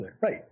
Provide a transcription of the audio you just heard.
Right